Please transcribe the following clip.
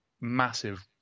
massive